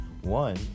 one